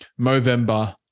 movember